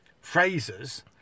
phrases